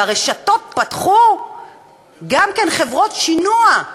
והרשתות פתחו גם כן חברות שינוע.